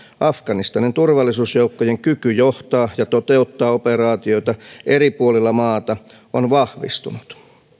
afganistanin turvallisuusjoukkojen kyky johtaa ja toteuttaa operaatioita eri puolilla maata on vahvistunut